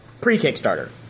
pre-Kickstarter